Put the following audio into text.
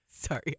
Sorry